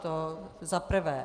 To za prvé.